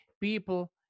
people